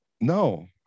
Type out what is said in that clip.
no